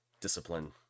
discipline